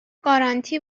گارانتی